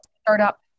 Startup